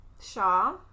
Shaw